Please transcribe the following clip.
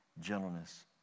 gentleness